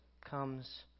comes